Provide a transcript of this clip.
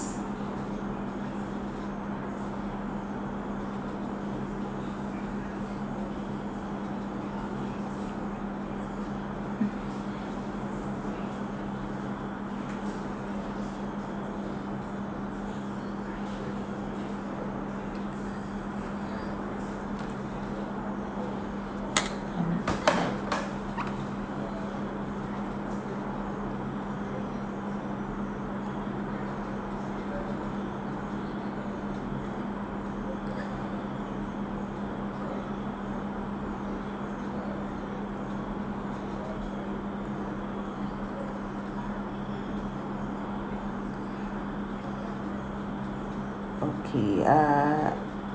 okay uh